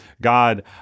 God